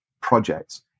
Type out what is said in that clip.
projects